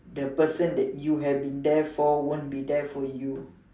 the person that you have been there for won't be there for you